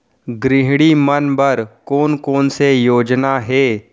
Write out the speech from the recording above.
गृहिणी मन बर कोन कोन से योजना हे?